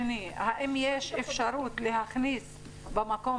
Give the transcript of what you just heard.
שאלה שנייה: האם יש אפשרות להכניס במקום